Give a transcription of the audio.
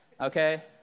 okay